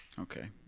Okay